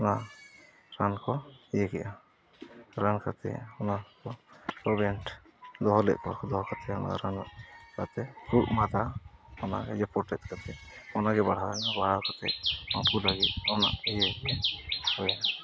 ᱱᱚᱣᱟ ᱨᱟᱱ ᱠᱚ ᱤᱭᱟᱹ ᱠᱮᱫᱼᱟ ᱨᱟᱱ ᱠᱟᱛᱮᱫ ᱚᱱᱟ ᱠᱚ ᱫᱚᱦᱚᱞᱮᱫ ᱠᱚᱣᱟ ᱠᱚ ᱫᱚᱦᱚ ᱠᱟᱛᱮᱫ ᱨᱟᱱ ᱠᱟᱛᱮᱫ ᱠᱷᱩᱜ ᱢᱟᱸᱫᱟ ᱚᱱᱟᱜᱮ ᱡᱚᱯᱚᱴᱮᱫ ᱠᱟᱛᱮᱫ ᱚᱱᱟᱜᱮ ᱵᱟᱲᱦᱟᱣ ᱮᱱᱟ ᱵᱟᱲᱦᱟᱣ ᱠᱟᱛᱮᱫ ᱦᱚᱸ ᱯᱩᱨᱟᱹ ᱜᱮ ᱚᱱᱟ ᱤᱭᱟᱹ ᱜᱮ ᱠᱚᱜᱮ